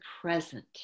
present